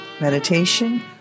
meditation